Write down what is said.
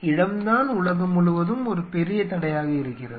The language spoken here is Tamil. இடம் தான் உலகம் முழுவதும் ஒரு பெரிய தடையாக இருக்கிறது